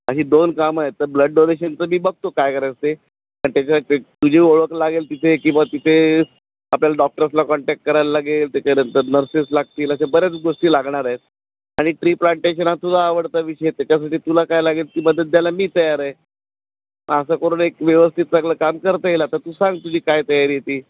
अशी दोन कामं आहे तर ब्लड डोनेशनचं मी बघतो काय करायचं असते पण त्याच्यात तुझी ओळख लागेल तिथे किंवा तिथे आपल्याला डॉक्टर्सला कॉन्टॅक्ट करायला लागेल त्याच्यानंतर नर्सेस लागतील अशा बऱ्याच गोष्टी लागणार आहेत आणि ट्री प्लांटेशन हा तुला आवडता विषय आहे त्याच्यासाठी तुला काय लागेल ती मदत ज्याला मी तयार आहे असं करून एक व्यवस्थित सगळं काम करता येईल आता तू सांग तुझी काय तयारी आहे ती